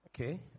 Okay